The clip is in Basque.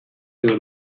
edo